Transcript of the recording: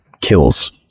kills